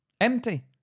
Empty